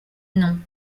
nom